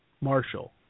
Marshall